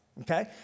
okay